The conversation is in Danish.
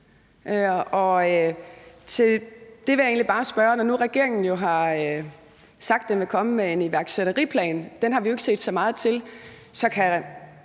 Når nu regeringen har sagt, at den vil komme med en iværksætteriplan – den